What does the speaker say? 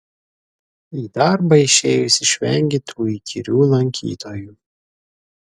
į darbą išėjus išvengi tų įkyrių lankytojų